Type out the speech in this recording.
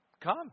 Come